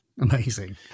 Amazing